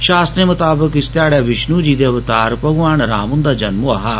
षास्त्रे मताबक इस ध्याड़े विष्णु जी दे अवतार भगवान राम हुंदा जन्म होआ हा